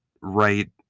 right